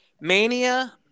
Mania